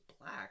black